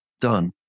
done